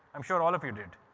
i'm sure all of you did.